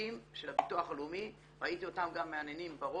הצוותים של הביטוח הלאומי וראיתי אותם גם מהנהנים בראש,